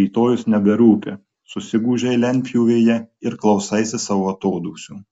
rytojus neberūpi susigūžei lentpjūvėje ir klausaisi savo atodūsių